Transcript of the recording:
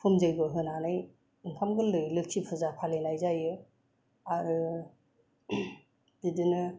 हुम जग्य होनानै ओंखाम गोरलै लोखि फुजा फालिनाय जायो आरो बिदिनो